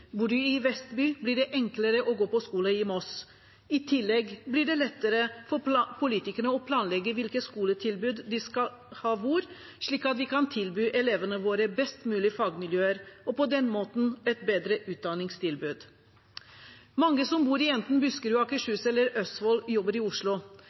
Bor de i Vestby, blir det enklere å gå på skole i Moss. I tillegg blir det lettere for politikerne å planlegge hvilke skoletilbud vi skal ha hvor, slik at vi kan tilby elevene våre best mulige fagmiljøer og på den måten et bedre utdanningstilbud. Mange som bor i enten Buskerud, Akershus eller Østfold, jobber i Oslo.